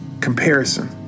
Comparison